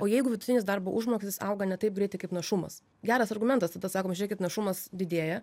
o jeigu vidutinis darbo užmokestis auga ne taip greitai kaip našumas geras argumentas tada sakom žiūrėkit našumas didėja